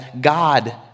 God